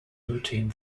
routine